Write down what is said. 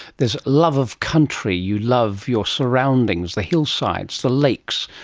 there's love of country, you love your surroundings, the hillsides, the lakes,